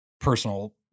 personal